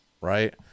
Right